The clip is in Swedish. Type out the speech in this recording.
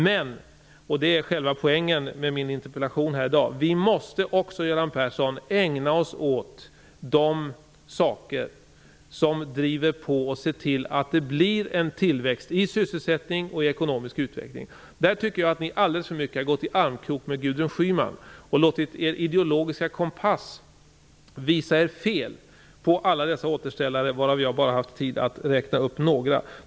Men - och det är det som är själva poängen med min interpellation - vi måste också, Göran Persson, ägna oss åt de saker som driver på och bidrar till en tillväxt i sysselsättning och i ekonomisk utveckling. Där tycker jag att ni alldeles för mycket har gått i armkrok med Gudrun Schyman och låtit er ideologiska kompass visa er fel när det gäller alla dessa återställare, varav jag bara har haft tid att räkna upp några.